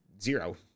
Zero